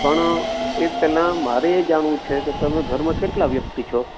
પણ એ પહેલાં પેહલા મારે એ જાણવું છે કે તમે ઘરમાં કેટલા વ્યક્તિ છો